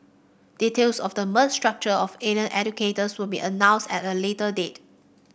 details of the merged structure for allied educators will be announced at a later date